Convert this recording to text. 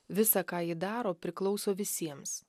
visa ką ji daro priklauso visiems